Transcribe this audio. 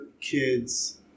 kids